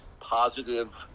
positive